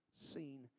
seen